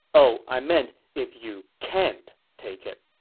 oh, i meant if you can't take it